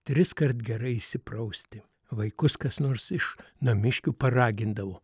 triskart gerai išsiprausti vaikus kas nors iš namiškių paragindavo